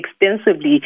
extensively